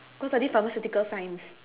cause I did pharmaceutical science